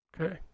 Okay